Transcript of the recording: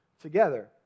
together